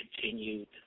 continued